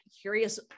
curious